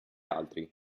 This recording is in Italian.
altri